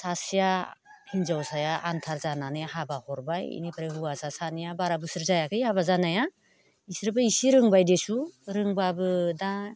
सासेया हिन्जावसाया आंखाल जानानै हाबा हरबाय बेनिफ्राय हौवासा सानैया बारा बोसोर जायाखै हाबा जानाया बिसोरबो इसे रोंबाय देसु रोंबाबो दा